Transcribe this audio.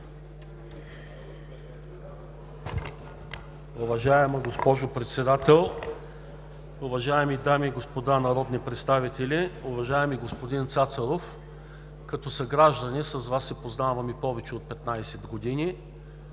Уважаема госпожо Председател, уважаеми дами и господа народни представители! Уважаеми господин Цацаров, като съграждани се познаваме повече от 15 години